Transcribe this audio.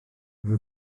roedd